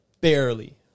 barely